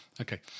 Okay